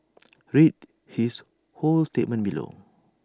read his whole statement below